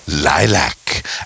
lilac